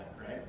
right